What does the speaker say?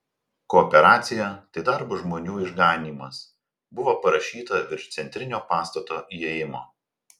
kooperacija tai darbo žmonių išganymas buvo parašyta virš centrinio pastato įėjimo